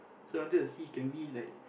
so I wanted to see can we like